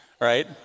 right